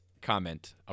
comment